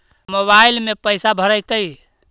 Mobile में पैसा भरैतैय?